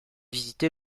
visiter